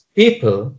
people